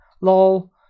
lol